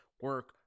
Work